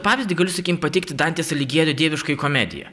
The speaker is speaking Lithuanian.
pavyzdį galiu sakykim pateikti dantės aligjeri dieviškąją komediją